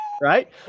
right